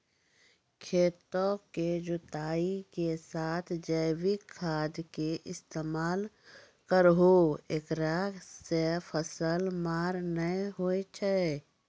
खेतों के जुताई के साथ जैविक खाद के इस्तेमाल करहो ऐकरा से फसल मार नैय होय छै?